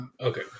Okay